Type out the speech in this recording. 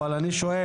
אבל אני שואל,